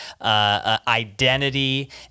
identity